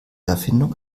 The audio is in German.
erfindung